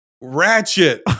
Ratchet